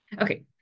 Okay